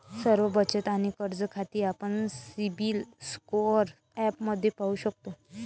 सर्व बचत आणि कर्ज खाती आपण सिबिल स्कोअर ॲपमध्ये पाहू शकतो